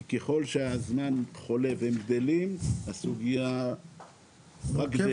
כי ככל שהזמן חולף והם גדלים הסוגייה רק גדלה.